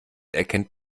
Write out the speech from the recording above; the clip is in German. erkennt